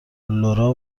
لورا